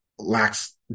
lacks